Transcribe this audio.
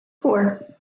four